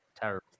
Terrible